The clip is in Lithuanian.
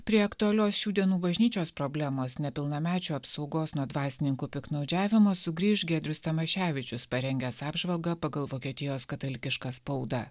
prie aktualios šių dienų bažnyčios problemos nepilnamečių apsaugos nuo dvasininkų piktnaudžiavimo sugrįš giedrius tamaševičius parengęs apžvalgą pagal vokietijos katalikišką spaudą